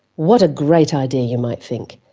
what a great idea, you might think,